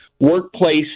workplace